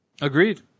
Agreed